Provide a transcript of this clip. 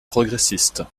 progressiste